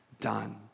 done